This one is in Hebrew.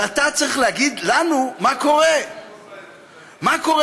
ואתה צריך להגיד לנו מה קורה; מה קורה